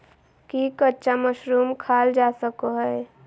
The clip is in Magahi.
की कच्चा मशरूम खाल जा सको हय?